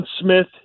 Smith